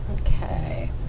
Okay